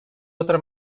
otra